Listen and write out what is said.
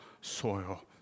soil